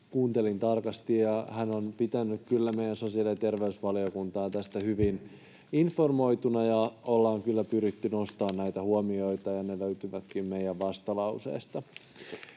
kuuntelin tarkasti, ja hän on pitänyt meidän sosiaali- ja terveysvaliokuntaa tästä hyvin informoituna. Ollaan kyllä pyritty nostamaan näitä huomioita, ja ne löytyvätkin meidän vastalauseesta.